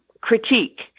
critique